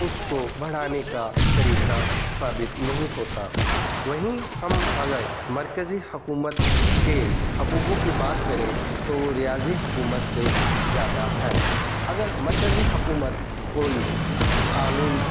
اس کو بڑھانے کا طریقہ ثابت نہیں ہوتا وہیں ہم اگر مرکزی حکومت کے حقوق کی بات کریں تو وہ ریاضی حکومت سے زیادہ ہیں اگر مرکزی حکومت کوئی قانون